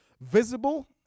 visible